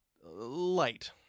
light